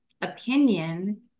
opinion